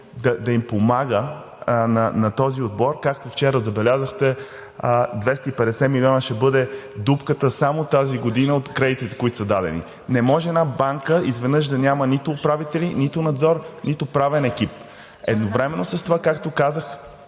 да им помага на този отбор. Както вчера забелязахте, 250 милиона ще бъде дупката само тази година от кредитите, които са дадени. Не може една банка изведнъж да няма нито управители, нито надзор, нито правен екип. Едновременно с това, както казах,